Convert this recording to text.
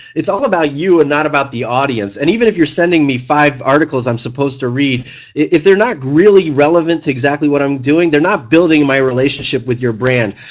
it's all about you and not about the audience, and even if you're sending me five articles i'm supposed to read if they're not really relevant to exactly what i'm doing they're not building my relationship with your brand.